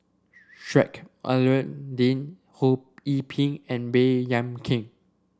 Sheik Alau'ddin Ho Yee Ping and Baey Yam Keng